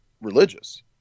religious